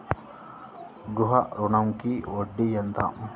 గృహ ఋణంకి వడ్డీ ఎంత?